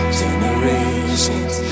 generations